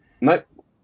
Nope